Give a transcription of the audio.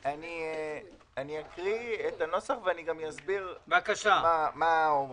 אני אקריא את הנוסח ואסביר גם מה הוא אומר.